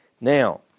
Now